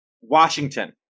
Washington